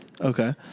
Okay